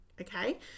Okay